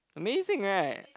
amazing right